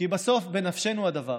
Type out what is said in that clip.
כי בסוף, בנפשנו הדבר.